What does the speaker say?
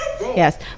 yes